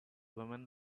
woman